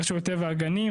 רשות הטבע והגנים,